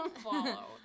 follow